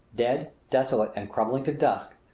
dead, desolate, and crumbling to dust,